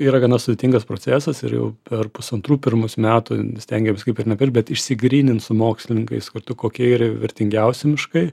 yra gana sudėtingas procesas ir jau per pusantrų pirmus metų stengėmės kaip ir nepirkt bet išsigrynint su mokslininkais kartu kokie yra vertingiausi miškai